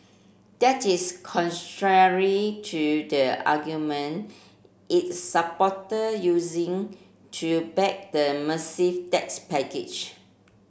that is contrary to the argument its supporter using to back the massive tax package